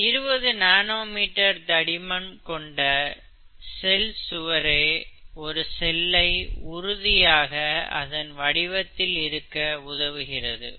இந்த 20 nano metre தடிமன் கொண்ட செல் சுவரே ஒரு செல்லை உறுதியாக அதன் வடிவத்தில் இருக்க உதவுகிறது